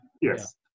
Yes